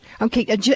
Okay